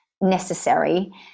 necessary